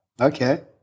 Okay